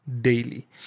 daily